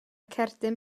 cerdyn